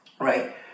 Right